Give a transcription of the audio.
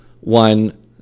one